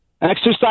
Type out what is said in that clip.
Exercise